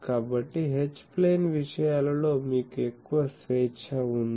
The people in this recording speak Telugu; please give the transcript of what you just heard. కాబట్టి H ప్లేన్ విషయాలలో మీకు ఎక్కువ స్వేచ్ఛ ఉంది